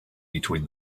between